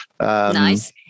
Nice